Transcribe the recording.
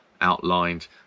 outlined